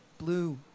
Blue